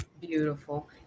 Beautiful